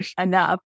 enough